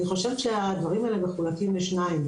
אני חושבת שהדברים האלה מחולקים לשניים.